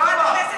למה?